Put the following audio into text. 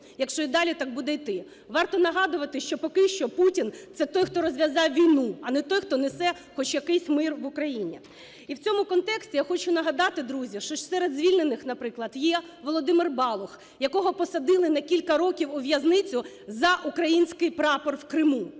якщо й далі так буде йти. Варто нагадувати, що поки що Путін – це той, хто розв'язав війну, а не той, хто несе хоч якийсь мир в Україні. І в цьому контексті, я хочу нагадати, друзі, що серед звільнених, наприклад, є Володимир Балух, якого посадили на кілька років у в'язницю за український прапор в Криму.